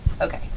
Okay